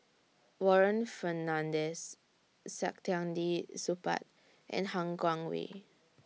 Warren Fernandez Saktiandi Supaat and Han Guangwei